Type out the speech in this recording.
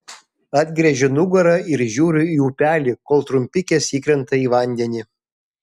atgręžiu nugarą ir žiūriu į upelį kol trumpikės įkrenta į vandenį